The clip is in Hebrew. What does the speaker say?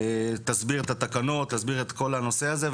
תסביר את התקנות ואת כל הנושא הזה,